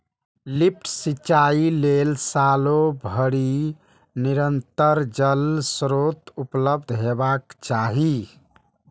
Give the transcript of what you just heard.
lift सिंचाइ लेल सालो भरि निरंतर जल स्रोत उपलब्ध हेबाक चाही